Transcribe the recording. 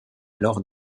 alors